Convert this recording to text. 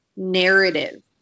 narrative